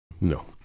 No